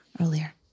earlier